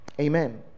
Amen